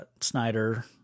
Snyder